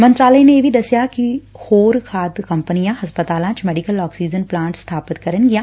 ਮੰਤਰਾਲੇ ਨੇ ਇਹ ਵੀ ਦਸਿਐ ਕਿ ਹੋਰ ਖ਼ਾਦ ਕੰਪਨੀਆਂ ਹਸਪਤਾਲਾਂ ਚ ਮੈਡੀਕਲ ਆਕਸੀਜਨ ਪਲਾਟ ਸਬਾਪਿਤ ਕਰਨਗੀਆਂ